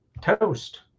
toast